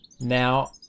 Now